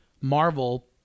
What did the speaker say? Marvel